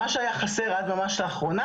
מה שהיה חסר עד ממש לאחרונה,